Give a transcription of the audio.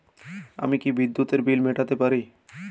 আমি কি বিদ্যুতের বিল মেটাতে পারি?